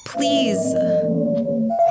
Please